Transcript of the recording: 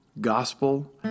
gospel